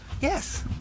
Yes